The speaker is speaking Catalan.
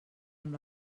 amb